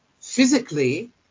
physically